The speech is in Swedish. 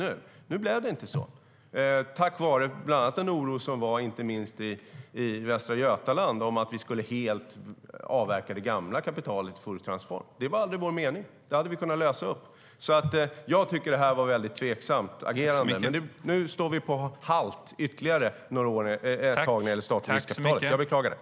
Men det blev inte så, bland annat på grund av den oro som fanns inte minst i Västra Götaland för att vi helt skulle avverka det gamla kapitalet i Fouriertransform. Det var aldrig vår mening. Det hade vi kunnat lösa upp.